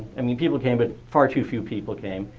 i mean people came, but far too few people came,